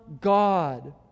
God